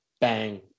bang